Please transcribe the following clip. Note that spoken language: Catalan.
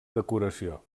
decoració